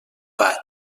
vaig